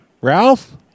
Ralph